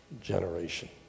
generation